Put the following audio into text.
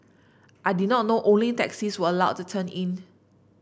I did not know only taxis were allowed to turn in